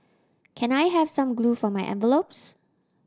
can I have some glue for my envelopes